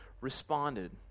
responded